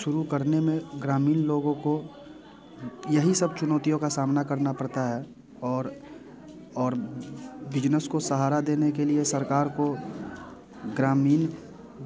शुरु करने में ग्रामीण लोगों को यही सब चुनौतियों का सामना करना पड़ता हैं और और बिजनेस को सहारा देने के लिए सरकार को ग्रामीण